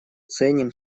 ценим